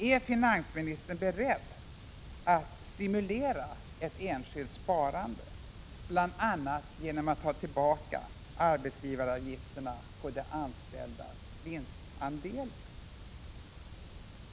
Är finansministern beredd att stimulera ett enskilt sparande, bl.a. genom att ta tillbaka arbetsgivaravgifterna på de anställdas vinstandelar?